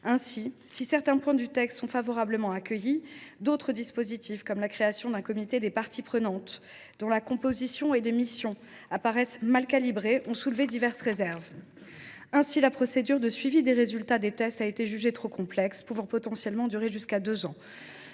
femmes. Si certains points du texte sont favorablement accueillis, d’autres dispositifs, comme la création d’un comité des parties prenantes, dont la composition et les missions apparaissent mal calibrées, ont soulevé diverses réserves. Ainsi la procédure de suivi des résultats des tests a t elle été jugée trop complexe, sa durée pouvant aller jusqu’à deux ans.